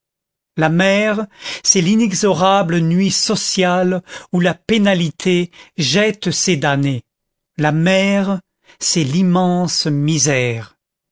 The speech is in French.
la mer c'est l'inexorable nuit sociale où la pénalité jette ses damnés la mer c'est l'immense misère